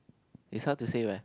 is hard to say what